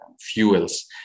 fuels